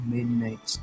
Midnight